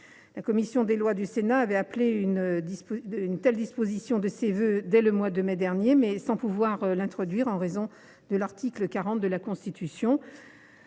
La commission des lois du Sénat avait appelé une telle disposition de ses vœux dès le mois de mai dernier, sans pouvoir toutefois l’introduire elle même, du fait de l’article 40 de la Constitution.